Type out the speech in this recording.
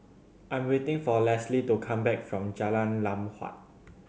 I am waiting for Leslee to come back from Jalan Lam Huat